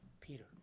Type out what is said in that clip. Peter